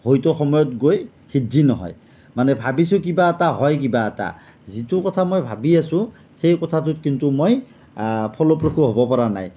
হয়তো সময়ত গৈ সিদ্ধি নহয় মানে ভাবিছোঁ কিবা এটা হয় কিবা এটা যিটো কথা মই ভাবি আছোঁ সেই কথাটো কিন্তু মই ফলপ্ৰসূ হ'ব পৰা নাই